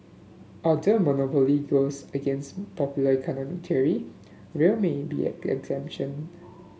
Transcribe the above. although a monopoly goes against popular economic theory rail may be an exception